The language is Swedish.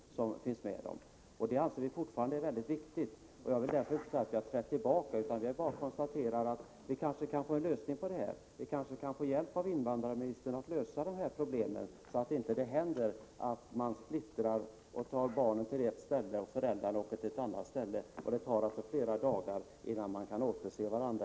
Det anser vi fortfarande är mycket viktigt, och jag har alltså inte trätt tillbaka utan konstaterar att vi kanske kan få hjälp av invandrarministern att lösa detta problem, så att det inte händer att familjer splittras och barn tas till ett ställe, föräldrarna till ett annat — och att det sedan tar flera dagar innan de kan återse varandra.